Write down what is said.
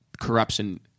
corruption